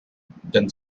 then